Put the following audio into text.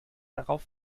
darauf